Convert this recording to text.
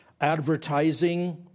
advertising